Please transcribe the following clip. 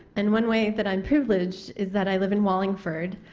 and one way that i'm privileged is that i live in wallingford,